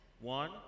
One